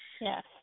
Yes